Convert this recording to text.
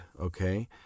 Okay